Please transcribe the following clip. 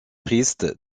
piste